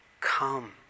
Come